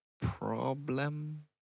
problem